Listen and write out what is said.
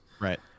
Right